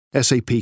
SAP